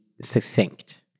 succinct